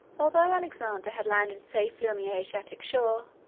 a lthough alexander had landed safely on the asiatic shore,